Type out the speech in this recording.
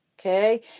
okay